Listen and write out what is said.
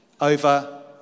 over